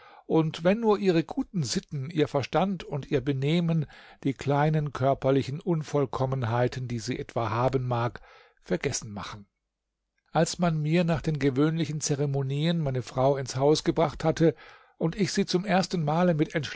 und wenn nur ihre guten sitten ihr verstand und ihr benehmen die kleinen körperlichen unvollkommenheiten die sie etwa haben mag vergessen machen als man mir nach den gewöhnlichen zeremonien meine frau ins haus gebracht hatte und ich sie zum ersten male mit